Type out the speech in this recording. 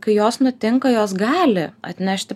kai jos nutinka jos gali atnešti